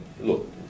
look